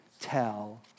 tell